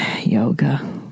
yoga